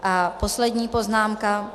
A poslední poznámka.